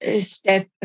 step